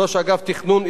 ראש אגף תכנון,